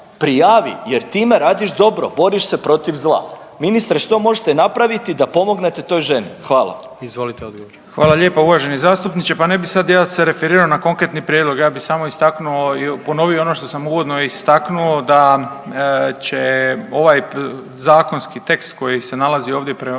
prijavi jer time radiš dobro, boriš se protiv zla. Ministre, što možete napraviti da pomognete toj ženi? Hvala. **Jandroković, Gordan (HDZ)** Izvolite odgovor. **Malenica, Ivan (HDZ)** Hvala lijepo uvaženi zastupniče, pa ne bi sad ja se referirao na konkretni prijedlog, ja bi samo istaknuo i ponovio ono što sam uvodno istaknuo da će ovaj zakonski tekst koji se nalazi ovdje pred